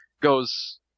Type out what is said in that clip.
goes